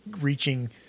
reaching